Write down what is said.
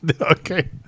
okay